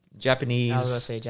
Japanese